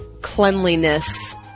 cleanliness